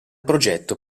progetto